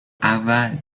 اول